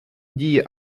дії